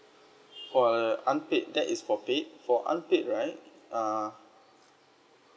for uh unpaid that is for paid for unpaid right err